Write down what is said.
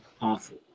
awful